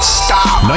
stop